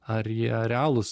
ar jie realūs